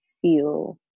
feel